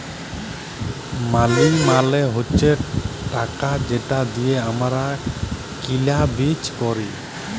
মালি মালে হছে টাকা যেট দিঁয়ে আমরা কিলা বিচা ক্যরি